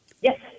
Yes